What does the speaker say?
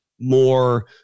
more